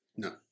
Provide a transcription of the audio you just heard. No